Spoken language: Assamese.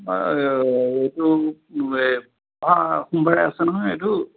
এইটো অঁ সোমবাৰে আছে নহয় এইটো